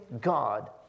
God